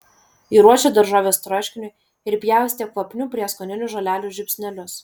ji ruošė daržoves troškiniui ir pjaustė kvapnių prieskoninių žolelių žiupsnelius